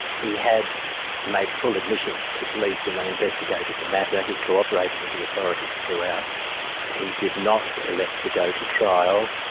he had made full admissions to police when they investigated the matter. he'd co-operated with the authorities throughout he did not elect to go to trial.